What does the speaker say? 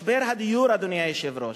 משבר הדיור, אדוני היושב-ראש,